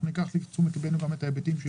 אנחנו ניקח לתשומת ליבנו גם את ההיבטים של